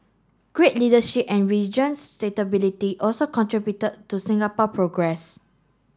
great leadership and region stability also contributed to Singapore progress